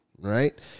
Right